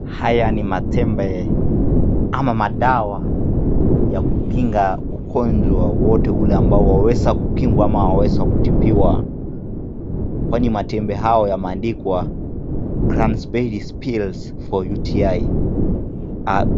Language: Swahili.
Haya ni matembe ama madawa ya kukinga ugonjwa waweza kukingwa ama kutibiwa kwani mstembe hayo yameandikwa cansberyl strepsils for uti ,